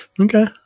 Okay